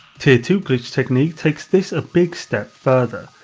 tier two glitch technique takes this a big step further.